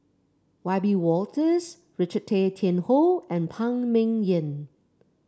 Wiebe Wolters Richard Tay Tian Hoe and Phan Ming Yen